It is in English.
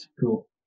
Cool